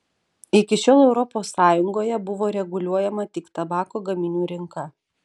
iki šiol europos sąjungoje buvo reguliuojama tik tabako gaminių rinka